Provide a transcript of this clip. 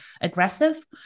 aggressive